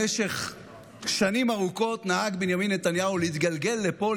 במשך שנים ארוכות נהג בנימין נתניהו להתגלגל לפה,